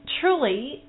truly